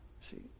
see